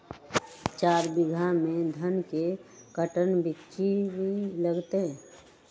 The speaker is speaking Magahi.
चार बीघा में धन के कर्टन बिच्ची लगतै?